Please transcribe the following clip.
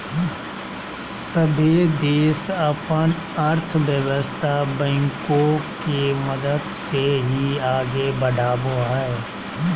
सभे देश अपन अर्थव्यवस्था बैंको के मदद से ही आगे बढ़ावो हय